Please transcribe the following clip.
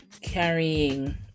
carrying